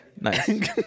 nice